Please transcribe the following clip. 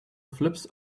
flips